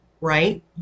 right